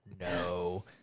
No